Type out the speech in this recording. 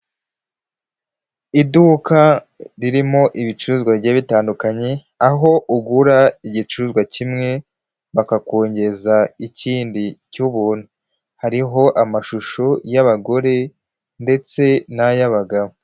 Iduka ririmo ibicuruzwa bigiye bitandukanye, aho ugura igicuruzwa kimwe, bakakongeza ikindi cy'ubuntu. Hariho amashusho y'abagore ndetse n'ay'abagabo.